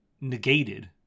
negated